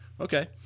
Okay